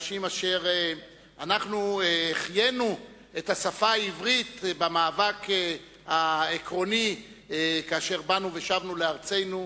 אנחנו החיינו את השפה העברית במאבק העקרוני כאשר שבנו לארצנו,